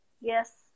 Yes